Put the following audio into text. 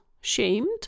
shamed